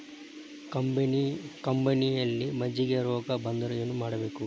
ಕಬ್ಬಿನಲ್ಲಿ ಮಜ್ಜಿಗೆ ರೋಗ ಬಂದರೆ ಏನು ಮಾಡಬೇಕು?